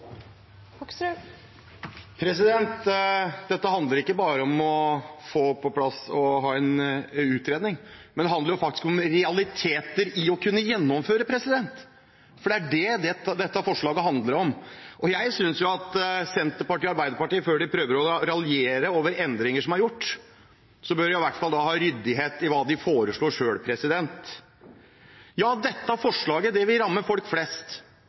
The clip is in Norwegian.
Dette handler ikke bare om å få på plass en utredning, det handler faktisk om realiteter når det gjelder å kunne gjennomføre. Det er det dette forslaget handler om. Jeg synes at Senterpartiet og Arbeiderpartiet, før de prøver å raljere over endringer som er gjort, i hvert fall bør ha ryddighet i hva de selv foreslår. Ja, dette forslaget vil ramme folk flest. Det vil ramme distriktene, og det vil ramme folk